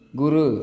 guru